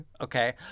Okay